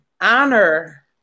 honor